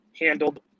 handled